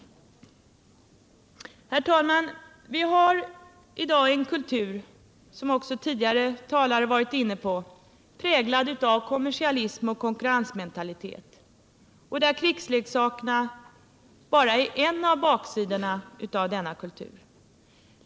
Herr talman! Vi har i dag en kultur — som också föregående talare har 65 påpekat — präglad av kommersialism och konkurrensmentalitet. Krigsleksakerna är bara en av baksidorna av denna kultur.